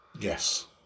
Yes